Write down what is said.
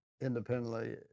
independently